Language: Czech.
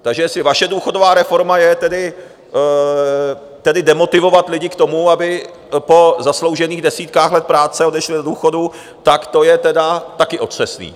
Takže jestli vaše důchodová reforma je tedy demotivovat lidi k tomu, aby po zasloužených desítkách let práce odešli do důchodu, tak to je tedy také otřesné.